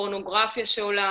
פורנוגרפיה שעולה.